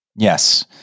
Yes